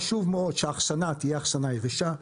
חשוב מאוד שהאחסנה תהיה אחסנה יבשה,